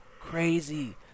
crazy